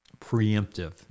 preemptive